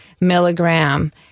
milligram